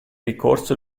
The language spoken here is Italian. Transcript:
ricorso